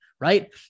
Right